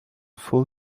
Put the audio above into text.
full